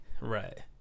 Right